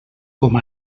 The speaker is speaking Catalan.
com